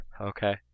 Okay